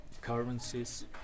currencies